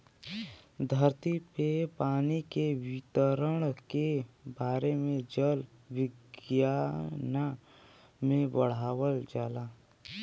धरती पे पानी के वितरण के बारे में जल विज्ञना में पढ़ावल जाला